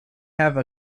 have